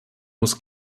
muss